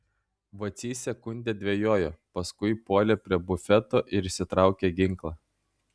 vacys sekundę dvejojo paskui puolė prie bufeto ir išsitraukė ginklą